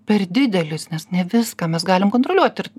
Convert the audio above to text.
per didelis nes ne viską mes galim kontroliuot ir